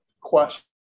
question